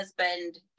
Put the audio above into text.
husband